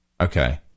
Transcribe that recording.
Okay